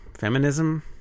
Feminism